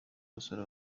gusura